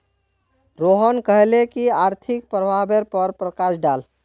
रोहन कहले की आर्थिक प्रभावेर पर प्रकाश डाल